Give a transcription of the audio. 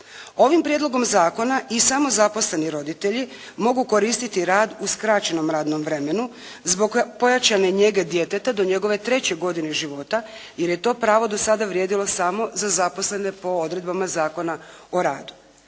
Ovim prijedlogom zakona i samozaposleni roditelji mogu koristiti rad u skraćenom radnom vremenu zbog pojačane njege djeteta do njegove treće godine života, jer je to pravo do sada vrijedilo samo za zaposlene po odredbama Zakona o radu.